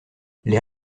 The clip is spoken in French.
les